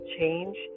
change